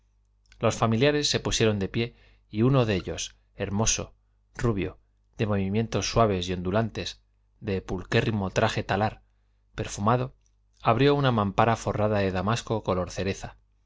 los familiares se pusieron de pie y uno de ellos hermoso rubio de movimientos suaves y ondulantes de pulquérrimo traje talar perfumado abrió una mampara forrada de damasco color cereza